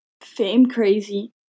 fame-crazy